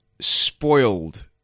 spoiled